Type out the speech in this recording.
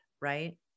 right